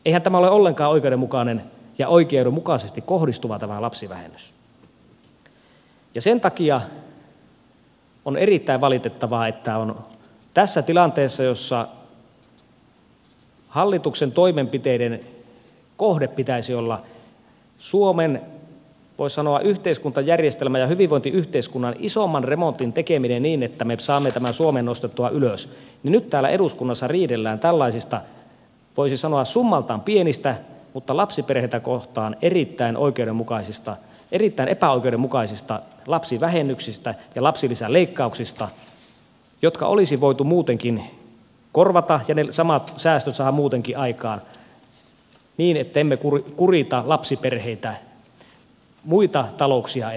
eihän tämä lapsivähennys ole ollenkaan oikeudenmukainen ja oikeudenmukaisesti kohdistuva ja sen takia on erittäin valitettavaa että tässä tilanteessa jossa hallituksen toimenpiteiden kohteen pitäisi olla suomen voisi sanoa yhteiskuntajärjestelmän ja hyvinvointiyhteiskunnan isomman remontin tekeminen niin että me saamme tämän suomen nostettua ylös nyt täällä eduskunnassa riidellään tällaisista voisi sanoa summaltaan pienistä mutta lapsiperheitä kohtaan erittäin epäoikeudenmukaisista lapsivähennyksistä ja lapsilisäleikkauksista jotka olisi voitu muutenkin korvata ja samat säästöt saada muutenkin aikaan niin että emme kurita lapsiperheitä muita talouksia enempää